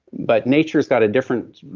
but nature's got a different,